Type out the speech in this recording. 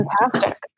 Fantastic